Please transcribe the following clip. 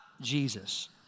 Jesus